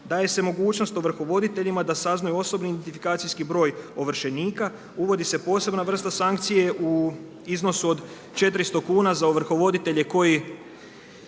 Daje se mogućnost ovrhovoditeljima da saznaju osobni identifikacijski broj ovršenika, uvodi se posebna vrsta sankcije u iznosu od 400 kuna za ovrhovoditelje koji